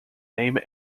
name